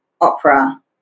opera